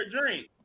drink